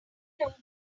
know